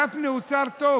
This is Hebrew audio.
גפני הוא שר טוב,